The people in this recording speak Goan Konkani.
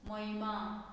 महिमा